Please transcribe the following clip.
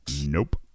nope